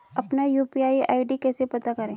अपना UPI ID कैसे पता करें?